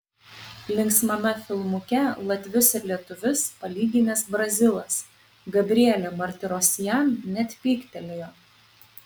linksmame filmuke latvius ir lietuvius palyginęs brazilas gabrielė martirosian net pyktelėjo